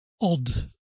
odd